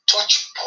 touch